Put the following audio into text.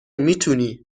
میتونی